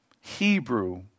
Hebrew